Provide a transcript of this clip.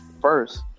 first